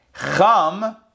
Cham